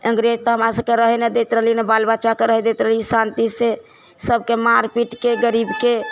अंग्रेज तऽ हमरा सबके रहै नहि दैत रहै ने बाल बच्चाके रहै दैत रहै शान्तिसँ सबके मारि पीटके गरीबके